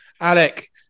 Alec